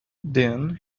then